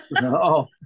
No